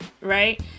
right